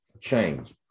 change